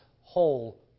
whole